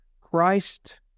Christ